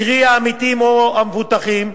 קרי העמיתים או המבוטחים,